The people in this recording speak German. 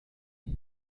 rum